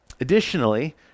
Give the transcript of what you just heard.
Additionally